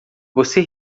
você